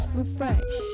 refresh